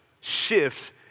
shifts